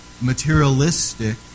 materialistic